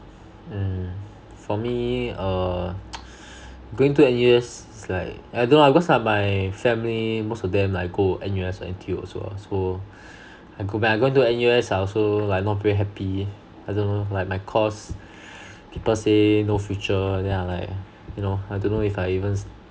mm for me err going to N_U_S it's like I don't know lah because of my family most of them like go N_U_S or N_T_U also lah so I go back I got into N_U_S I also like not very happy I don't know like my course people say no future then I like you know I don't know if I even s~